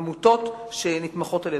עמותות שנתמכות על-ידינו.